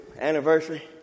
anniversary